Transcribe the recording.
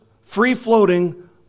free-floating